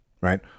right